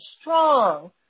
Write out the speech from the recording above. strong